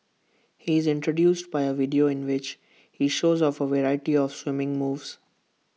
he is introduced by A video in which he shows off A variety of swimming moves